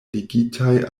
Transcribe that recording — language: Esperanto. ligitaj